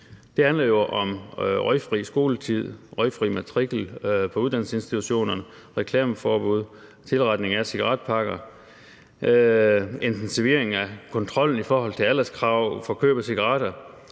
Det handler jo om røgfri skoletid, røgfri matrikel på uddannelsesinstitutionerne, reklameforbud, tilretning af cigaretpakker, intensivering af kontrollen i forhold til alderskrav for køb af cigaretter